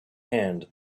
hand